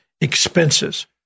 expenses